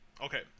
Okay